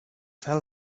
tell